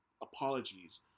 apologies